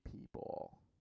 people